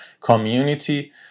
community